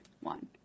one